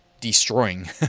Destroying